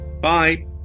bye